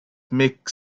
make